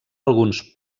alguns